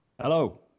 Hello